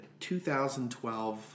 2012